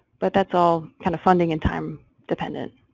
but that's all kind of funding and time dependent.